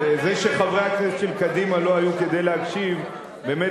וזה שחברי הכנסת של קדימה לא היו כדי להקשיב באמת